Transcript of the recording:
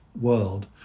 world